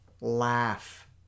Laugh